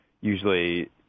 Usually